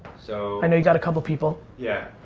so i know you got a couple of people. yeah,